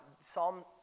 Psalm